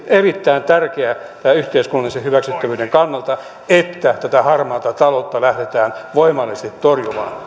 erittäin tärkeää yhteiskunnallisen hyväksyttävyyden kannalta että harmaata taloutta lähdetään voimallisesti torjumaan